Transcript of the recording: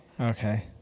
Okay